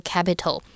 Capital